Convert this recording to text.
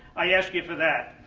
i ask you for that.